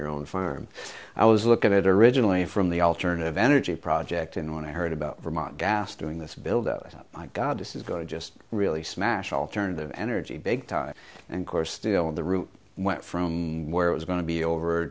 your own farm i was look at it originally from the alternative energy project and when i heard about vermont gas doing this build out of my god this is going to just really smash alternative energy big time and course still at the root went from where it was going to be over